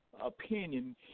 opinion